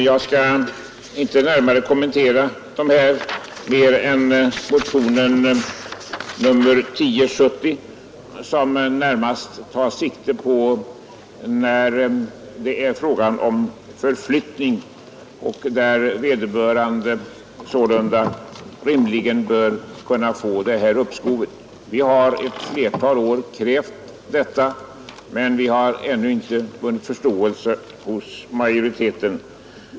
Jag skall inte närmare kommentera dem mer än motionen 1070, som främst tar sikte på sådana fall där det är fråga om förflyttning och där vederbörande rimligen bör kunna få uppskov med beskattningen. Vi har under ett flertal år krävt sådant uppskov, men vi har ännu inte vunnit förståelse hos majoriteten.